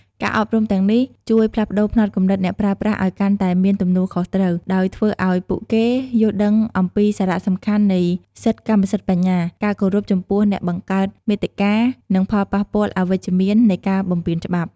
ការអប់រំទាំងនេះជួយផ្លាស់ប្តូរផ្នត់គំនិតអ្នកប្រើប្រាស់ឱ្យកាន់តែមានទំនួលខុសត្រូវ ដោយធ្វើឱ្យពួកគេយល់ដឹងអំពីសារៈសំខាន់នៃសិទ្ធិកម្មសិទ្ធិបញ្ញា ការគោរពចំពោះអ្នកបង្កើតមាតិកា និងផលប៉ះពាល់អវិជ្ជមាននៃការបំពានច្បាប់។